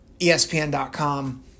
ESPN.com